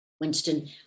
Winston